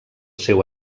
seu